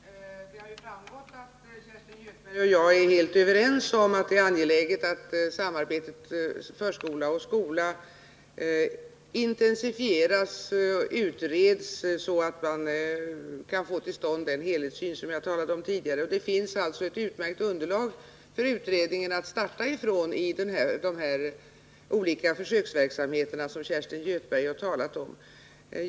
Herr talman! Det har framgått att Kerstin Göthberg och jag är helt överens om att det är angeläget att samarbetet mellan förskola och skola intensifieras och utreds, så att man kan få den helhetssyn som jag talade om tidigare. Det finns alltså ett utmärkt underlag för utredningen att starta från i de olika försöksverksamheter som Kerstin Göthberg talade om.